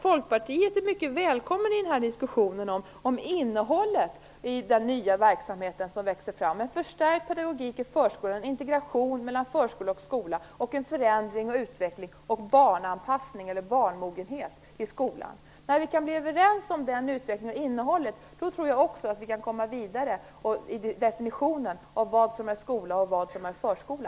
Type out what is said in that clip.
Folkpartiet är mycket välkommet i diskussionen om innehållet i den nya verksamhet som växer fram: en förstärkt pedagogik i förskolan, integration mellan förskola och skola, en förändring och utveckling och barnanpassning eller barnmogenhet i skolan. När vi kan bli överens om den utvecklingen och innehållet tror jag att vi kan komma vidare i definitionen av vad som är skola och vad som är förskola.